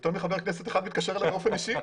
יותר מחבר כנסת אחד מתקשר אלי באופן אישי.